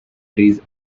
trees